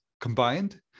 combined